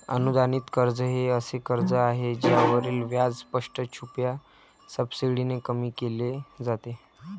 अनुदानित कर्ज हे असे कर्ज आहे ज्यावरील व्याज स्पष्ट, छुप्या सबसिडीने कमी केले जाते